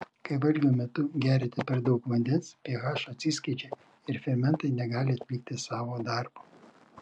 kai valgio metu geriate per daug vandens ph atsiskiedžia ir fermentai negali atlikti savo darbo